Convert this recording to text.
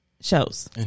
shows